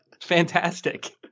fantastic